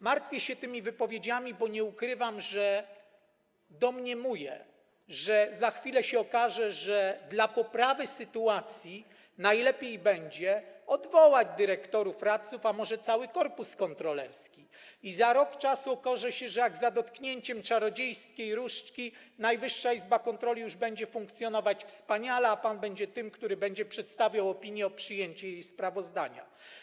Martwię się tymi wypowiedziami, bo nie ukrywam, że domniemywam, że za chwilę się okaże, że dla poprawy sytuacji najlepiej będzie odwołać dyrektorów, radców, a może cały korpus kontrolerski, i za rok okaże się, że jak za dotknięciem czarodziejskiej różdżki Najwyższa Izba Kontroli już będzie funkcjonować wspaniale, a pan będzie tym, który będzie przedstawiał opinię o przyjęciu jej sprawozdania.